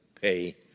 pay